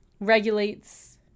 regulates